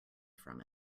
from